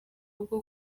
bwo